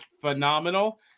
phenomenal